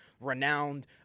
renowned